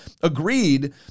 agreed